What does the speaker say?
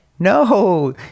No